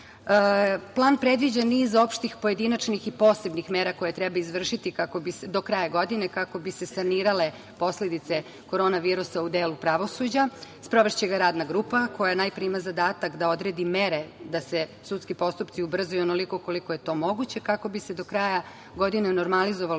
Plan predviđa niz opštih, pojedinačnih i posebnih mera koje treba izvršiti do kraja godine, kako bi se sanirale posledice korona virusa u delu pravosuđa. Sprovešće ga radna grupa, koja najpre ima zadatak da odredi mere da se sudski postupci ubrzaju onoliko koliko je to moguće, kako bi se do kraja godine normalizovalo